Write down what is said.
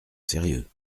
sérieux